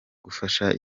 gufasha